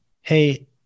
Hey